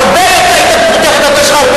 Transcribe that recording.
אני הייתי עדין.